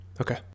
Okay